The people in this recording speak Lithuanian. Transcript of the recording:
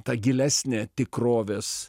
ta gilesnė tikrovės